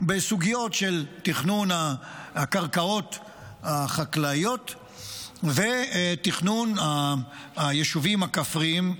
בסוגיות של תכנון הקרקעות החקלאיות ותכנון היישובים הכפריים.